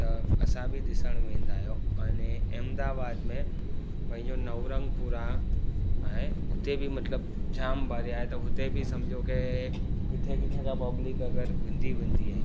त असां बि ॾिसण वेंदा आहियूं अने अहमदाबाद में पंहिंजो नवरंगपुरा ऐं उते बि मतिलबु जाम परे आहे त हुते बि सम्झो कि किथे किथे खां पब्लिक अगरि वेंदी वेंदी आहे